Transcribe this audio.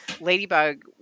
Ladybug